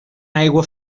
aigua